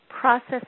process